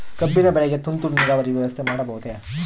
ಕಬ್ಬಿನ ಬೆಳೆಗೆ ತುಂತುರು ನೇರಾವರಿ ವ್ಯವಸ್ಥೆ ಮಾಡಬಹುದೇ?